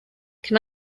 can